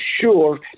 sure